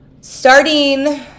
starting